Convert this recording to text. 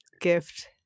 gift